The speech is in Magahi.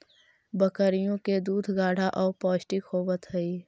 बकरियों के दूध गाढ़ा और पौष्टिक होवत हई